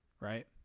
right